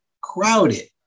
crowded